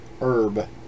herb